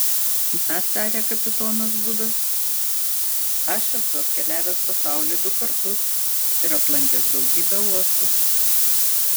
na tarė kapitonas gudas aš esu apkeliavęs pasaulį du kartus ir aplankęs daugybę uostų